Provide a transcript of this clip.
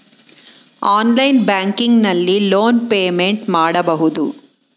online banking ನಲ್ಲಿ loan payment ಮಾಡಬಹುದು